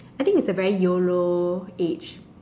I think is the very Yolo age